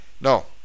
No